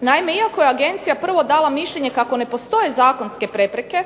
Naime, iako je agencija prvo dala mišljenje kako ne postoje zakonske prepreke